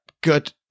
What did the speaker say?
good